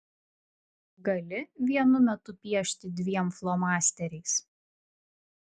gali vienu metu piešti dviem flomasteriais